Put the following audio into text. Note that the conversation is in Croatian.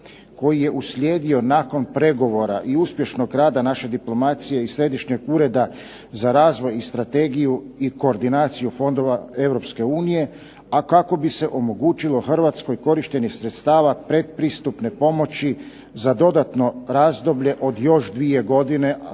koji je uslijedio nakon pregovora i uspješnog rada naše diplomacije i Središnjeg ureda za razvoj i strategiju i koordinaciju fondova Europske unije, a kako bi se omogućilo Hrvatskoj korištenje sredstava predpristupne pomoći za dodatno razdoblje od još dvije godine